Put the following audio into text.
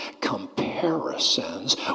comparisons